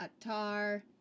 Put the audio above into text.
Atar